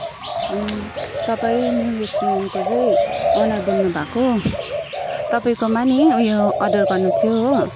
तपाईँ न्यू रेस्टुरेन्टको चाहिँ ओनर बोल्नु भएको हो तपाईँकोमा नि उयो अर्डर गर्नु थियो हो